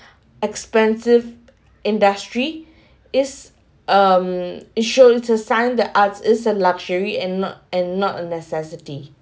expensive industry is um is show its a sign that arts is a luxury and not and not a necessity